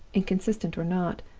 inconsistent or not,